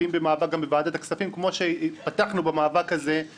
ואם במאבק גם בוועדת הכספים,